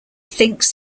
thinks